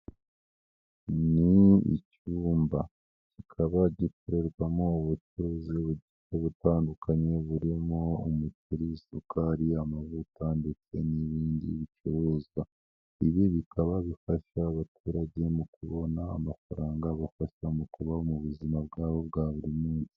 Ni icyumba kikaba gikorerwamo ubucuruzi bugiye butandukanye burimo umuceri, isukari, amavuta ndetse n'ibindi bicuruzwa, ibi bikaba bifasha abaturage mu kubona amafaranga abafasha mu kubaho mu buzima bwabo bwa buri munsi.